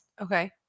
Okay